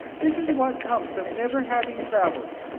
this is what comes of never having traveled.